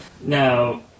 Now